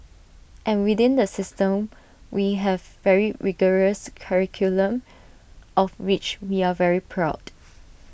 and within the system we have very rigorous curriculum of which we are very proud